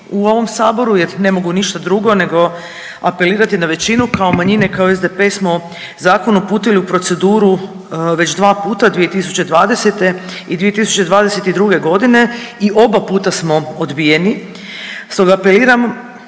u ovom saboru jer ne mogu ništa drugo nego apelirati na većinu. Kao manjine, kao SDP smo zakon uputili u proceduru već 2 puta 2020. i 2022. godine i oba puta smo odbijeni. Stoga apeliram